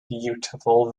beautiful